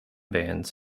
bands